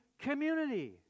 community